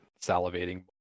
salivating